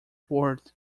forward